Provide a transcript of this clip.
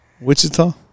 Wichita